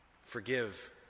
Forgive